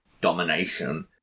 domination